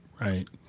Right